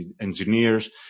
engineers